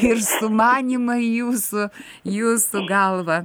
ir sumanymai jūsų jūsų galva